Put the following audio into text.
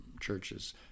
churches